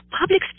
Public